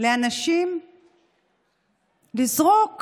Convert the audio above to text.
לאנשים לזרוק